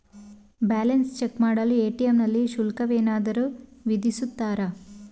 Balance check ಮಾಡಲು ATM ನಲ್ಲಿ ಶುಲ್ಕವೇನಾದರೂ ವಿಧಿಸುತ್ತಾರಾ?